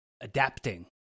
adapting